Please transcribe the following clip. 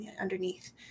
underneath